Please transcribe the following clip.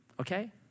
okay